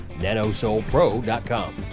NanoSoulPro.com